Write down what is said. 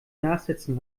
nachsitzen